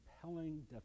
compelling